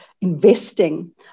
investing